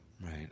Right